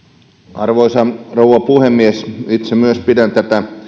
arvoisa rouva puhemies myös itse pidän tätä